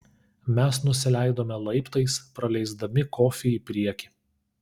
mes nusileidome laiptais praleisdami kofį į priekį